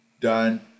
done